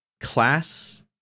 class